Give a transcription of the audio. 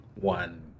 one